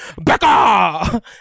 Becca